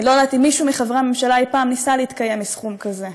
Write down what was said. אני לא יודעת אם מישהו מחברי הממשלה אי-פעם ניסה להתקיים מסכום כזה,